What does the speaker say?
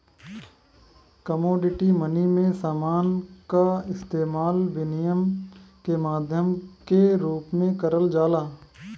commodity money में समान क इस्तेमाल विनिमय के माध्यम के रूप में करल जाला